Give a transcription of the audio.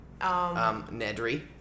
Nedry